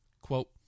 Quote